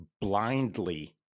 blindly